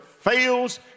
fails